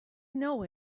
know